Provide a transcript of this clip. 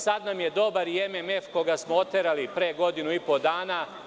Sad nam je dobar i MMF, koji smo oterali pre godinu i pô dana.